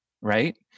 right